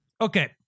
Okay